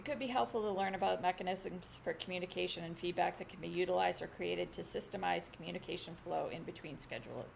it could be helpful to learn about mechanisms for communication and feedback that can be utilized or created to systemize communication flow in between schedule